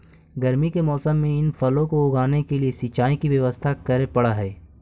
गर्मी के मौसम में इन फलों को उगाने के लिए सिंचाई की व्यवस्था करे पड़अ हई